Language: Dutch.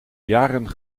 jaren